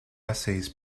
essays